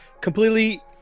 completely